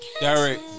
Derek